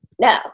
no